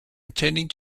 intending